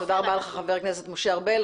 תודה רבה לך, חבר הכנסת משה ארבל.